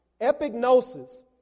Epignosis